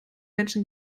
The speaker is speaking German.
menschen